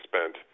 spent